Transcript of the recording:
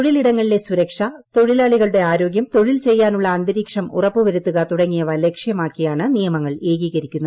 തൊഴിൽ ഇടങ്ങളിലെ സുരക്ഷ തൊഴിലാളികളുടെ ആരോഗ്യം തൊഴിൽ ചെയ്യാനുള്ള അന്തരീക്ഷം ഉറപ്പുവരുത്തുക തുടങ്ങിയവ ലക്ഷ്യമാക്കിയാണ് നിയമങ്ങൾ ഏകീകരിക്കുന്നത്